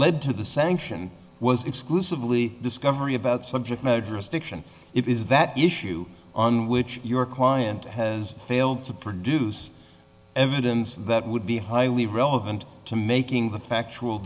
led to the sanction was exclusively discovery about subject madras diction it is that issue on which your client has failed to produce evidence that would be highly relevant to making the factual